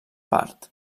part